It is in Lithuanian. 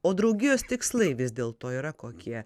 o draugijos tikslai vis dėlto yra kokie